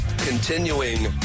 continuing